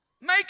make